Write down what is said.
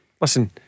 listen